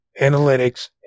analytics